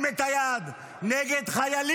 איך אתם לא מתביישים להרים את היד ולהצביע נגד החיילים,